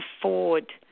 afford